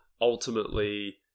ultimately